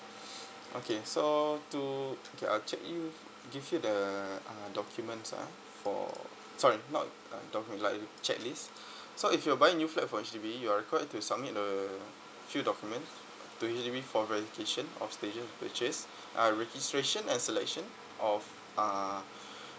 okay so to okay I check you give you the uh documents ah for sorry not uh document like uh checklist so if you're buying new flat for H_D_B you're required to submit the few documents to H_D_B for verification of stages purchase uh registration and selection of uh